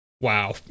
Wow